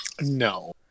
No